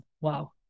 wow